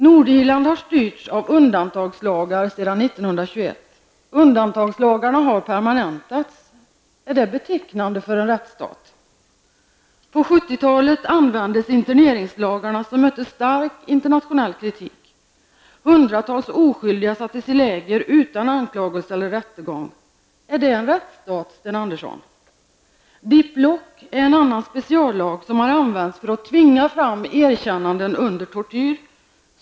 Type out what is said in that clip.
Nordirland har styrts av undantagslagar sedan 1921. Undantagslagarna har permanentats -- är det betecknande för en rättsstat? På 1970-talet användes interneringslagarna, som mötte stark internationell kritik. Hundratals oskyldiga sattes i läger utan anklagelse eller rättegång. Är det en ''rättsstat'', Sten Andersson? ''Diplock'' är en annan speciallag som använts för att tvinga fram erkännanden under tortyr.